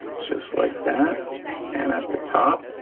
just like that and at the top,